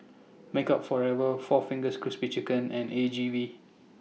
Makeup Forever four Fingers Crispy Chicken and A G V